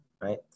right